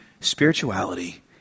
spirituality